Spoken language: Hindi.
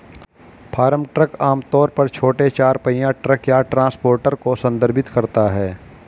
फार्म ट्रक आम तौर पर छोटे चार पहिया ट्रक या ट्रांसपोर्टर को संदर्भित करता है